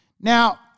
Now